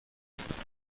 سرتاسربدن